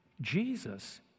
Jesus